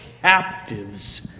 captives